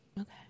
Okay